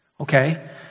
Okay